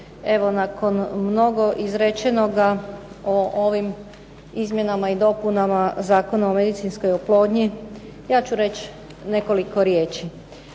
Evo nakon mnogo izrečenoga o ovim Izmjenama i dopunama Zakona o medicinskoj oplodnji, ja ću reći nekoliko riječi.